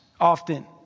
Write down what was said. often